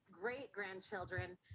great-grandchildren